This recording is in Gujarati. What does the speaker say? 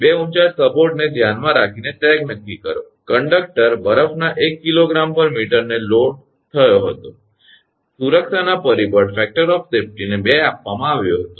બે ઊંચા સપોર્ટને ધ્યાનમાં રાખીને સેગ નક્કી કરો કંડક્ટર બરફના 1 𝐾𝑔 𝑚 ને કારણે લોડ થયો હતો અને સુરક્ષાના પરિબળને 2 આપવામાં આવ્યો હતો